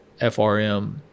FRM